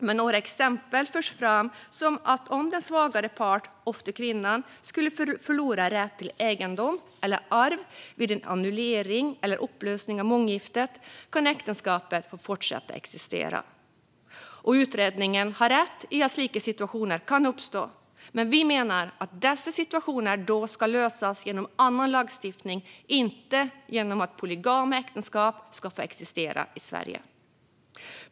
Men några exempel förs fram, som att om den svagare parten, ofta kvinnan, skulle förlora rätten till egendom eller arv vid en annullering eller upplösning av månggiftet kan äktenskapet få fortsätta existera. Och utredningen har rätt i att slika situationer kan uppstå, men vi menar att dessa situationer då ska lösas genom annan lagstiftning, inte genom att polygama äktenskap ska få existera i Sverige.